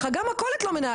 גם מכולת לא.